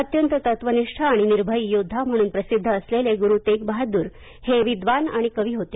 अत्यंत तत्त्वनिष्ठ आणि निर्भयी योद्धा म्हणून प्रसिद्ध असलेले गुरु तेग बहादूर हे विद्वान आणि कवी होते